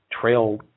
trail